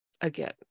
again